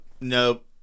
Nope